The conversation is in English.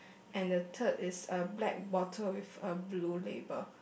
and the third is a black water with a blue label